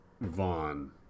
Vaughn